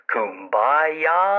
Kumbaya